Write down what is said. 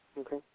Okay